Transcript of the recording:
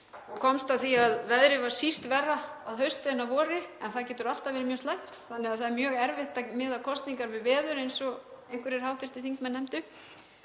og komst að því að veðrið var síst verra að hausti en eða vori en það getur alltaf verið mjög slæmt þannig að það er mjög erfitt að miða kosningar við veður eins og einhverjir hv. þingmenn nefndu.